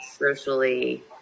socially